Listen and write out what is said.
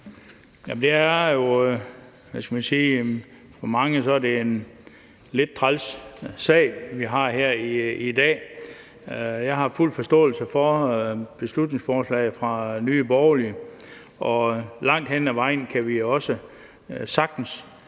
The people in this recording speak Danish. For mange er det en lidt træls sag, vi har her i dag. Jeg har fuld forståelse for beslutningsforslaget fra Nye Borgerlige, og langt hen ad vejen kan vi også sagtens